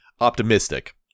optimistic